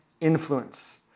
influence